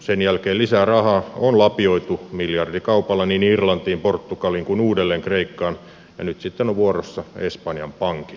sen jälkeen lisää rahaa on lapioitu miljardikaupalla niin irlantiin portugaliin kuin uudelleen kreikkaan ja nyt sitten ovat vuorossa espanjan pankit